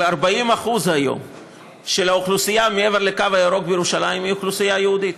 אבל היום 40% מהאוכלוסייה מעבר לקו הירוק בירושלים זו אוכלוסייה יהודית.